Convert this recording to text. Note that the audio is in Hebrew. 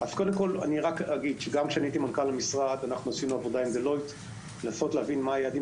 גם כאשר הייתי מנכ"ל המשרד עשינו עבודה עם דלויט לנסות להבין מה היעדים